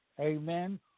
amen